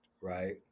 right